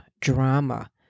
drama